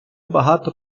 багато